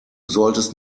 solltest